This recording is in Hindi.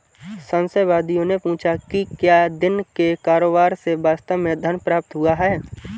संशयवादियों ने पूछा कि क्या दिन के कारोबार से वास्तव में धन प्राप्त हुआ है